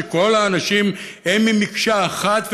שכל האנשים בה מקשה אחת,